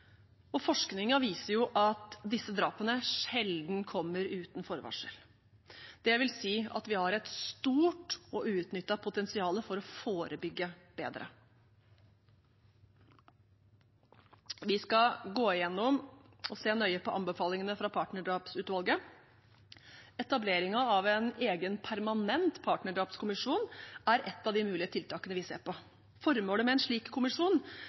viser jo at disse drapene sjelden kommer uten forvarsel. Det vil si at vi har et stort og uutnyttet potensial for å forebygge bedre. Vi skal gå igjennom og se nøye på anbefalingene fra partnerdrapsutvalget. Etableringen av en egen permanent partnerdrapskommisjon er et av de mulige tiltakene vi ser på. Formålet med en slik kommisjon